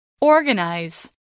Organize